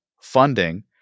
funding